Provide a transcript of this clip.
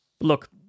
Look